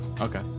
Okay